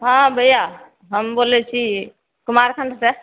हँ भैया हम बोलय छी कुमारखण्डसँ